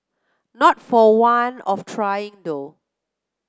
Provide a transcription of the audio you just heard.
not for want of trying though